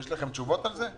יש לכם תשובות לזה.